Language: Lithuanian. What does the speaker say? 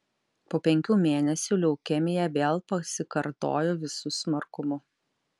po penkių mėnesių leukemija vėl pasikartojo visu smarkumu